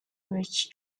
reach